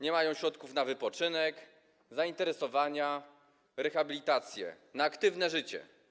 Nie mają środków na wypoczynek, zainteresowania, rehabilitację - na aktywne życie.